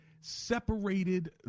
separated